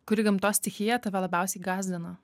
kuri gamtos stichija tave labiausiai gąsdina